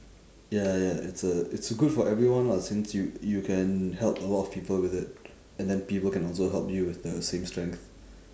ya ya it's a it's good for everyone lah since you you can help a lot of people with it and then people can also help you with the same strength